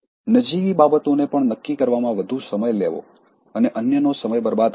નજીવી બાબતોને પણ નક્કી કરવામાં વધુ સમય લેવો અને અન્યનો સમય બરબાદ કરવો